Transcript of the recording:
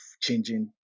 changing